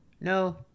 no